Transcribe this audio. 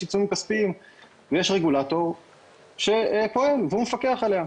עיצומים כספיים ויש רגולטור שפועל והוא מפקח עליה.